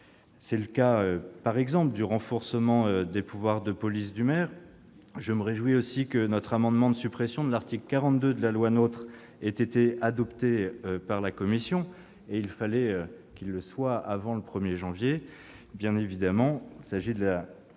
C'est le cas par exemple pour le renforcement des pouvoirs de police du maire. Je me réjouis que notre amendement de suppression de l'article 42 de la loi NOTRe ait été adopté par la commission-il fallait qu'il le soit avant le 1 janvier puisque cet article